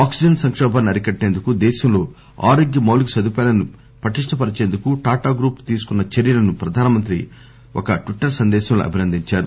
oxygen సంకోభాన్ని అరికట్టేందుకు దేశంలో ఆరోగ్య మౌలిక సదుపాయాలను పటిస్టపరిచేందుకు టాటా గ్రూపు తీసుకున్న చర్యలను ప్రధానమంత్రి ఒక ట్వీట్టర్ సందేశంలో అభినందించారు